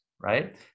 right